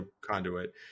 conduit